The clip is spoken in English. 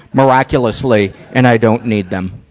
miraculously, and i don't need them.